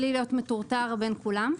בלי להיות מטורטר בין כולם.